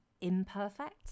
imperfect